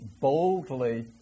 boldly